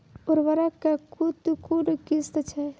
उर्वरक कऽ कून कून किस्म छै?